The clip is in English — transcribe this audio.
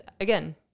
Again